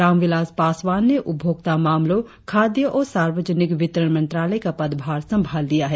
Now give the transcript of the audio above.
रामविलास पासवान ने उपभोक्ता मामलों खाद्य और सार्वजनिक वितरण मंत्रालय का पद्भार संभाल लिया है